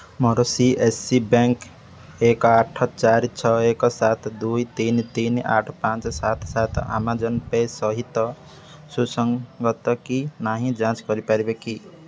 ମୋର C A C bank ଏକ ଆଠ ଚାରି ଛଅ ଏକ ସାତ ଦୁଇ ତିନି ତିନି ଆଠ ପାଞ୍ଚ ସାତ ସାତ ଆମାଜନ୍ ପେ ସହିତ ସୁସଙ୍ଗତ କି ନାହିଁ ଯାଞ୍ଚ କରିପାରିବେ କି